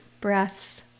breaths